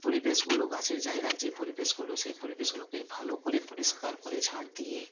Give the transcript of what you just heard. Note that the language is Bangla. পরিবেশগুলো গাছের জায়গার যে পরিবেশগুলো সেই পরিবেশগুলোকে ভালো করে পরিষ্কার করে ঝাঁট দিয়ে